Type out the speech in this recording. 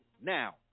now